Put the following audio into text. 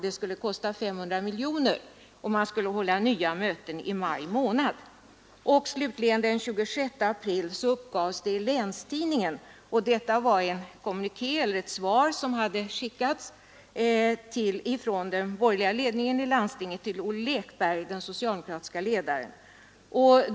Det skulle kosta 500 miljoner, och man skulle hålla nya möten i maj månad. Slutligen förekom det den 26 april i Länstidningen i Södertälje ett svar som hade skickats från den borgerliga ledningen i landstinget till den socialdemokratiske ledaren Olov Lekberg.